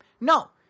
No